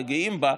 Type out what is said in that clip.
וגאים בה,